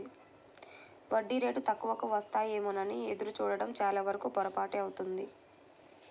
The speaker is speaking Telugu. వడ్డీ రేటు తక్కువకు వస్తాయేమోనని ఎదురు చూడడం చాలావరకు పొరపాటే అవుతుంది